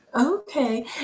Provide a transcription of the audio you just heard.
Okay